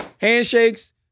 handshakes